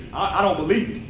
i don't believe you.